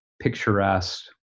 picturesque